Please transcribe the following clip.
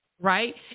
right